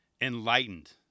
enlightened